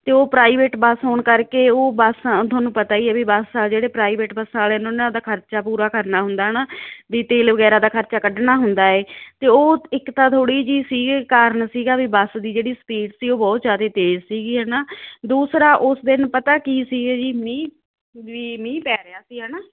ਤੇ ਉਹ private bus ਹੋਣ ਕਰਕੇ ਉਹ ਬਸ ਤੁਹਾਨੂੰ ਪਤਾ ਹੀ ਹੈ ਵੀ ਬੱਸ ਜਿਹੜੇ ਪ੍ਰਾਈਵੇਟ ਬੱਸਾਂ ਵਾਲੇ ਉਹਨਾਂ ਦਾ ਖਰਚਾ ਪੂਰਾ ਕਰਨਾ ਹੁੰਦਾ ਹਨਾ ਵੀ ਤੇਲ ਵਗੈਰਾ ਦਾ ਖਰਚਾ ਕੱਢਣਾ ਹੁੰਦਾ ਹ ਤੇ ਉਹ ਇੱਕ ਤਾਂ ਥੋੜੀ ਜਿਹੀ ਸੀ ਕਾਰਨ ਸੀਗਾ ਵੀ ਬੱਸ ਦੀ ਜਿਹੜੀ ਸਪੀਡ ਸੀ ਉਹ ਬਹੁਤ ਜਿਆਦੇ ਤੇਜ਼ ਸੀਗੀ ਹਨਾ ਦੂਸਰਾ ਉਸ ਦਿਨ ਪਤਾ ਕੀ ਸੀ ਜੀ ਮੀਂਹ ਵੀ ਮੀਂਹ ਪੈ ਰਿਹਾ ਸੀ ਹਨਾ